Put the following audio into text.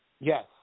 Yes